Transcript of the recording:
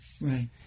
Right